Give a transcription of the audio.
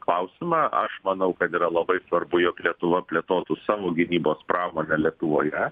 klausimą aš manau kad yra labai svarbu jog lietuva plėtotų savo gynybos pramonę lietuvoje